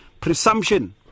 Presumption